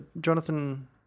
Jonathan